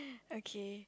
okay